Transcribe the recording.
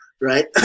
right